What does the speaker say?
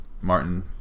Martin